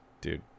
dude